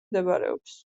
მდებარეობს